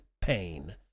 pain